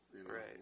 Right